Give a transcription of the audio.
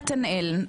נתנאל,